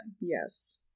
Yes